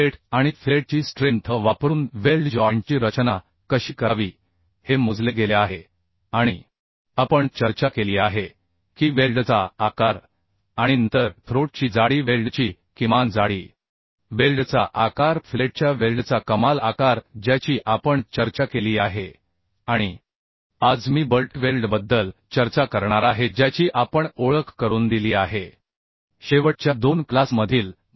fillet आणि फिलेटची strength वापरून वेल्ड जॉइंटची रचना कशी करावी हे मोजले गेले आहे आणि आपण चर्चा केली आहे की वेल्डचा आकार आणि नंतर थ्रोट ची जाडी वेल्डची किमान जाडी वेल्डचा आकार फिलेटच्या वेल्डचा कमाल आकार ज्याची आपण चर्चा केली आहे आणि आज मी बट वेल्डबद्दल चर्चा करणार आहे ज्याची आपण शेवटच्या दोन क्लास् मधे ओळख करून दिली आहे